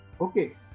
Okay